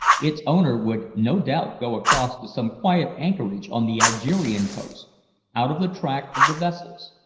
its owner would no doubt go across to some quiet anchorage on the algerian coast out of the track of the vessels,